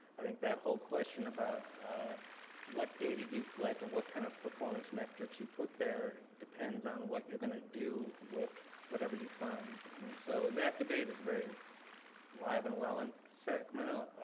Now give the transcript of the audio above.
i think that whole question about what data do you collect and what kind of performance metrics you put there, depends on what you're gonna do with whatever you find. and so, that debate is very live and well in sacramento.